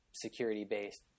security-based